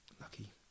Lucky